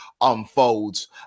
unfolds